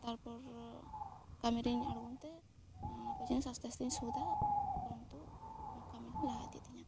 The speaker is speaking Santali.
ᱛᱟᱨᱯᱚᱨ ᱠᱟᱹᱢᱤ ᱨᱤᱱ ᱟᱬᱜᱳᱱ ᱛᱮ ᱚᱱᱟᱠᱚ ᱡᱤᱱᱤᱥ ᱟᱥᱛᱮ ᱟᱥᱛᱮ ᱥᱳᱫᱷᱟ ᱩᱯᱚᱨᱚᱱᱛᱩ ᱠᱟᱹᱢᱤ ᱦᱚᱸ ᱞᱟᱦᱟ ᱤᱫᱤᱜ ᱛᱤᱧᱟᱹ